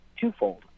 twofold